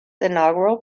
inaugural